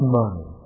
money